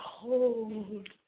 cold